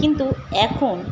কিন্তু এখন